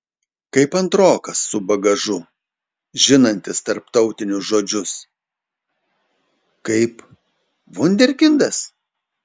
kaip antrokas su bagažu žinantis tarptautinius žodžius kaip vunderkindas